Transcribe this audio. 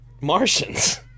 Martians